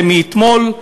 זה מאתמול,